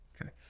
Okay